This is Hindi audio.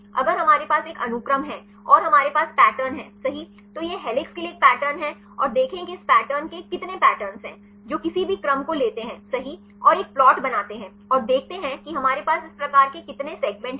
अगर हमारे पास एक अनुक्रम है और हमारे पास पैटर्न है सही तो यह हेलिक्स के लिए एक पैटर्न है और देखें कि इस पैटर्न के कितने पैटर्न हैं जो किसी भी क्रम को लेते हैं सही और एक प्लॉट बनाते हैं और देखते हैं कि हमारे पास इस प्रकार के कितने सेगमेंट हैं